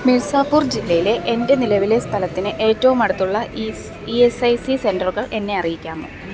മിഴ്സാപൂർ ജില്ലയിലെ എന്റെ നിലവിലെ സ്ഥലത്തിന് ഏറ്റവും അടുത്തുള്ള ഈസ് ഇ എസ് ഐ സി സെന്ററുകൾ എന്നെ അറിയിക്കാമോ